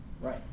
right